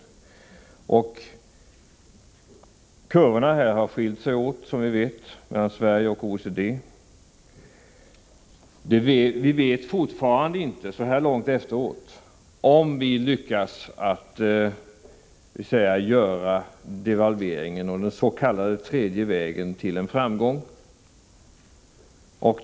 Kurvorna för Sverige och OECD har här skilt sig åt, som vi vet. Vi vet fortfarande inte, så här långt efteråt, om vi lyckas göra devalveringen och den s.k. tredje vägen till en framgång.